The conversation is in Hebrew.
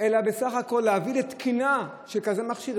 להביא אלא גם לא להביא לתקינה של כזה מכשיר,